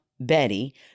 Betty